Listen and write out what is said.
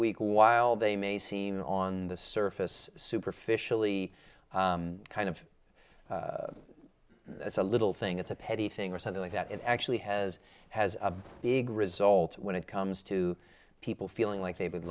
week while they may seem on the surface superficially kind of that's a little thing it's a petty thing or something like that it actually has has a big result when it comes to people feeling like